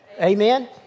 Amen